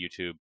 YouTube